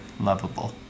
lovable